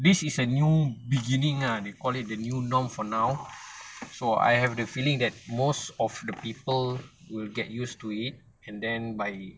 this is a new beginning ah they call it the new norm for now for I have the feeling that most of the people will get used to it and then by